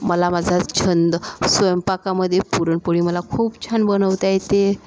मला माझा छंद स्वयंपाकामध्ये पुरणपोळी मला खूप छान बनवता येते